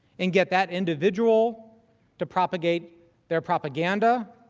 and get that individual to propagate their propaganda